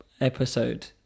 episode